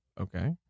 Okay